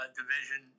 division